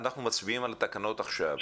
אנחנו מצביעים על התקנות עכשיו.